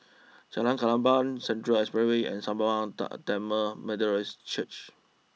Jalan Klapa Central Expressway and Sembawang Tamil Methodist Church